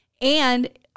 And-